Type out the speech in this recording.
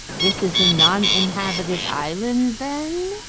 this is a non-inhabited island, then?